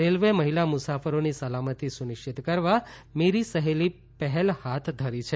રેલ્વેએ મહિલા મુસાફરોની સલામતી સુનિશ્ચિત કરવા મેરી સહેલી પહેલ હાથ ધરી છે